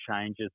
changes